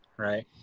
right